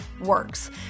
works